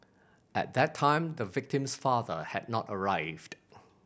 at that time the victim's father had not arrived